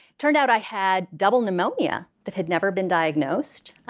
turned out i had double pneumonia that had never been diagnosed.